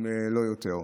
אם לא יותר.